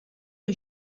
que